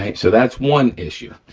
so that's one issue.